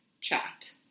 chat